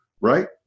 right